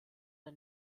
der